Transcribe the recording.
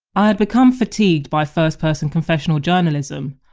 i had become fatigued by first person confessional journalism,